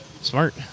smart